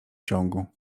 ciągu